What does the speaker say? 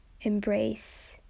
embrace